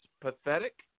pathetic